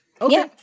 Okay